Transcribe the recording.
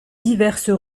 diverses